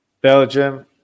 Belgium